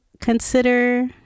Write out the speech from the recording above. consider